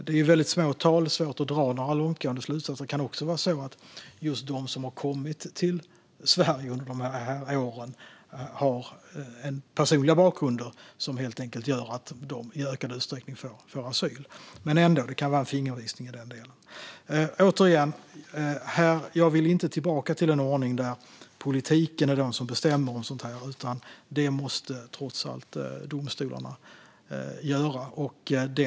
Det är svårt att dra några långtgående slutsatser, för det kan vara så att de som har kommit till Sverige de senaste åren har personliga bakgrunder som gör att de i ökad utsträckning fått asyl. Men det kan ändå vara en fingervisning. Jag vill inte tillbaka till den ordning där politiken bestämmer om sådant här, utan det måste trots allt domstolarna göra.